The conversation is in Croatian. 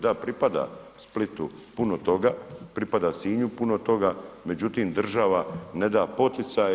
Da, pripada Splitu puno toga, pripada Sinju puno toga, međutim, država ne da poticaje.